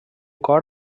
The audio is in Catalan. cor